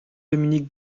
dominique